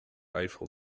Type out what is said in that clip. eiffel